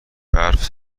برف